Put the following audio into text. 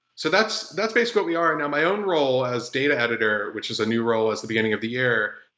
so that's that's basically what we are. and my own role as data editor which is a new role as the beginning of the year,